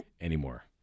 anymore